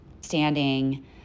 Standing